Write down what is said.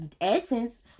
essence